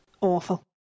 awful